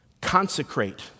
consecrate